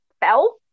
fell